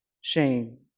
shame